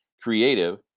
Creative